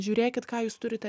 žiūrėkit ką jūs turite